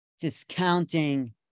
discounting